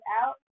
out